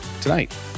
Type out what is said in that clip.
tonight